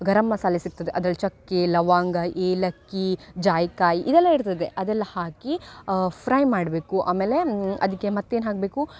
ಗರಮ್ ಮಸಾಲೆ ಸಿಕ್ತದೆ ಅದ್ರಲ್ಲಿ ಚಕ್ಕೆ ಲವಂಗ ಏಲಕ್ಕಿ ಜಾಯ್ಕಾಯ್ ಇದೆಲ್ಲ ಇರ್ತದೆ ಅದೆಲ್ಲ ಹಾಕಿ ಫ್ರೈ ಮಾಡಬೇಕು ಆಮೇಲೆ ಅದಕ್ಕೆ ಮತ್ತೇನು ಹಾಕಬೇಕು